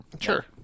Sure